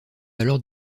alors